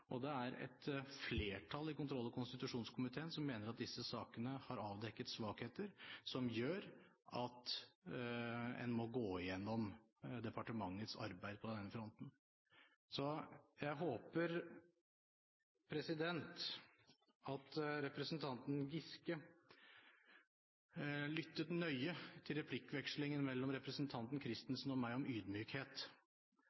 konstitusjonskomiteen. Det er et flertall i kontroll- og konstitusjonskomiteen som mener at disse sakene har avdekket svakheter som gjør at man må gå igjennom departementets arbeid på denne fronten. Jeg håper at representanten Giske lyttet nøye til replikkvekslingen mellom representanten